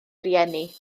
rieni